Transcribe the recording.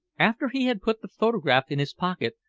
after he had put the photograph in his pocket,